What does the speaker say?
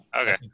okay